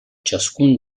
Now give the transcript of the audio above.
ciascun